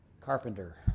carpenter